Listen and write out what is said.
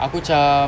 aku cam